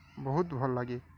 ବହୁତ ଭଲ୍ଲାଗେ